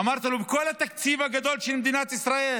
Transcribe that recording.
אמרתי לו: מכל התקציב הגדול של מדינת ישראל